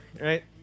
right